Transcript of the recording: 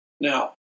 Now